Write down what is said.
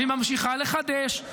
והיא ממשיכה לחדש,